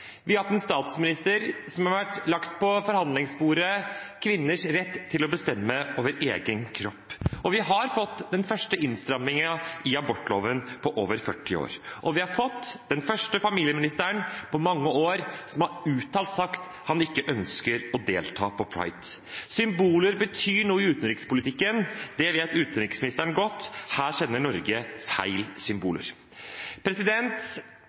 Vi har en statsminister som har lagt på forhandlingsbordet kvinners rett til å bestemme over egen kropp. Vi har fått den første innstrammingen i abortloven på over 40 år, og vi har fått den første familieministeren på mange år som har sagt han ikke ønsker å delta på Pride. Symboler betyr noe i utenrikspolitikken, og det vet utenriksministeren godt. Her sender Norge feil